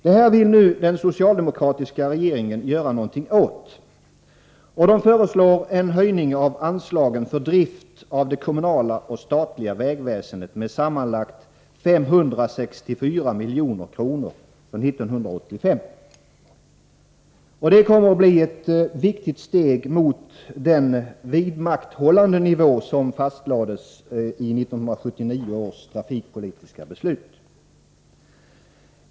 Detta vill nu den socialdemokratiska regeringen göra något åt och föreslår en höjning av anslagen för drift av det kommunala och statliga vägväsendet med sammanlagt 564 milj.kr. för 1985. Det kommer att bli ett viktigt steg mot den vidmakthållandenivå som fastlades i 1979 års trafikpolitiska beslut.